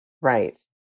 Right